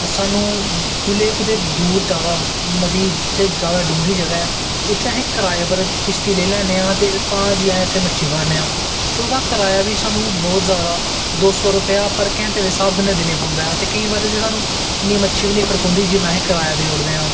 सानूं जेल्लै कुदै दूर जादा मती जित्थें जादा डूंह्गी जगह् ऐ उत्थें अस कराए पर किश्ती लेई लैन्ने आं ते तां जाइयै अस उत्थें मच्छी फड़ने आं ते ओह्दा कराया बी सानूं बोह्त जादा दो सौ रपेआ पर घैंटे दे स्हाब कन्नै देना पौंदा ऐ ते केईं बारी ते सानूं इन्नी मच्छी बी निं फड़कोंदी जिन्ना असें कराया देई ओड़दे आं